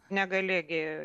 negali gi